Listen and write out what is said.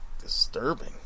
disturbing